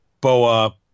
Boa